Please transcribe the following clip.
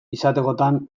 izatekotan